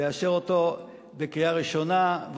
לאשר אותו בקריאה ראשונה.